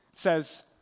Says